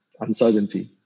uncertainty